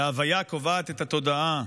באוניברסיטאות: שההוויה קובעת את התודעה,